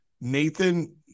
Nathan